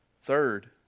Third